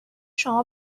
شما